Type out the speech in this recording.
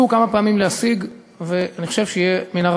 בתור שרת העלייה והקליטה,